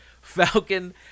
Falcon